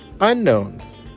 unknowns